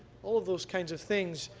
all of those kinds of things,